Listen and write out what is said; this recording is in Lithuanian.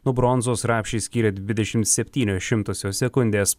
nuo bronzos rapšį skyrė dvidešim septynios šimtosios sekundės